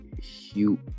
huge